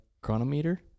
Chronometer